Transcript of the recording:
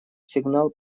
сигнал